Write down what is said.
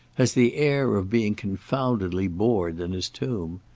has the air of being confoundedly bored in his tomb.